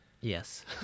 Yes